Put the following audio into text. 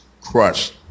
crushed